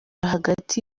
hagati